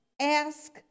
ask